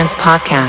podcast